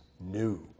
new